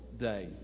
Day